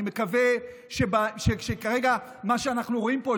אני מקווה שמה שאנחנו רואים פה,